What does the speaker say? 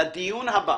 לדיון הבא